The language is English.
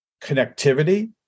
connectivity